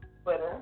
Twitter